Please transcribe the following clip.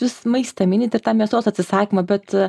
vis maistą minit ir tą mėsos atsisakymą bet